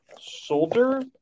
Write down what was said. shoulder